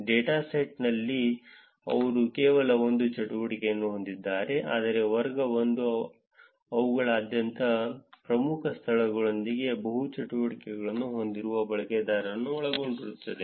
ಡೇಟಾಸೆಟ್ನಲ್ಲಿ ಅವರು ಕೇವಲ ಒಂದು ಚಟುವಟಿಕೆಯನ್ನು ಹೊಂದಿದ್ದಾರೆ ಆದರೆ ವರ್ಗ 1 ಅವುಗಳಾದ್ಯಂತ ಪ್ರಮುಖ ಸ್ಥಳದೊಂದಿಗೆ ಬಹು ಚಟುವಟಿಕೆಗಳನ್ನು ಹೊಂದಿರುವ ಬಳಕೆದಾರರನ್ನು ಒಳಗೊಂಡಿರುತ್ತದೆ